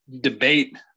debate